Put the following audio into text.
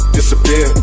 Disappear